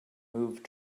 moved